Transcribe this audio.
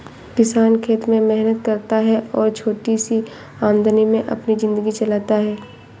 किसान खेत में मेहनत करता है और छोटी सी आमदनी में अपनी जिंदगी चलाता है